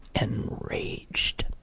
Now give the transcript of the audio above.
enraged